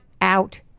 out